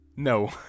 No